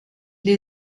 les